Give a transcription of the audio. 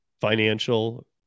financial